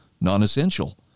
non-essential